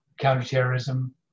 counterterrorism